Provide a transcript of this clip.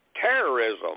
terrorism